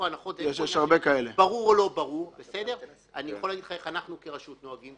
אני יכול להגיד לך איך אנחנו כרשות נוהגים.